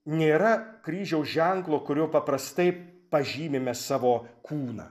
nėra kryžiaus ženklo kuriuo paprastai pažymime savo kūną